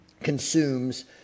consumes